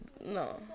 no